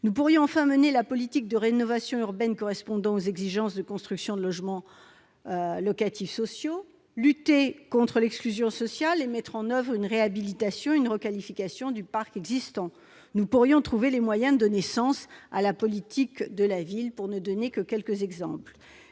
Nous pourrions enfin mener la politique de rénovation urbaine correspondant aux exigences de construction de logements locatifs sociaux, lutter contre l'exclusion sociale et mettre en oeuvre une réhabilitation et une requalification du parc existant. Nous pourrions trouver les moyens de donner sens à la politique de la ville, pour ne citer que quelques exemples.